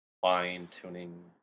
fine-tuning